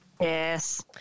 yes